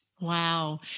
Wow